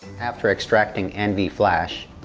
after extracting nvflash,